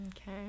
Okay